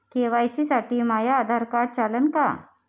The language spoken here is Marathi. के.वाय.सी साठी माह्य आधार कार्ड चालन का?